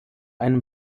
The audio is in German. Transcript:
einem